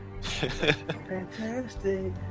Fantastic